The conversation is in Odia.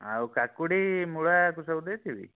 ଆଉ କାକୁଡ଼ି ମୂଳା ଏହାକୁ ସବୁ ଦେଇଥିବି